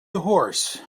horse